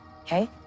okay